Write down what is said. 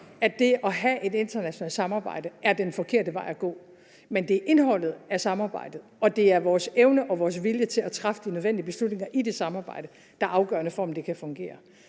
at det at have et internationalt samarbejde er den forkerte vej at gå. Men det er indholdet af samarbejdet, og det er vores evne og vores vilje til at træffe de nødvendige beslutninger i det samarbejde, der er afgørende for, om det kan fungere.